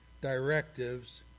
directives